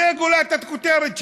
זאת גולת הכותרת שלכם.